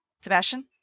Sebastian